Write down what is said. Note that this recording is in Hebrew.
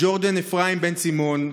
ג'ורדן אפרים בן סימון,